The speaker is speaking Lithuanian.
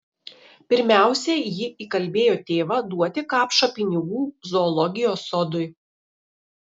pirmiausia ji įkalbėjo tėvą duoti kapšą pinigų zoologijos sodui